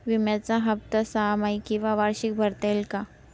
विम्याचा हफ्ता सहामाही किंवा वार्षिक भरता येईल का?